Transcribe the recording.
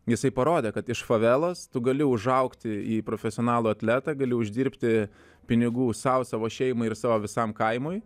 jisai parodė kad iš favelos tu gali užaugti į profesionalų atletą gali uždirbti pinigų sau savo šeimai ir savo visam kaimui